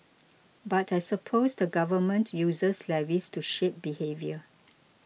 but I suppose the Government uses levies to shape behaviour